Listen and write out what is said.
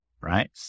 right